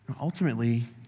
Ultimately